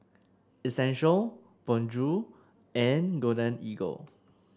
Essential Bonjour and Golden Eagle